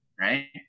right